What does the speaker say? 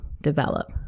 develop